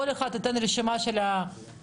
כל אחד ייתן רשימה של מומלצים.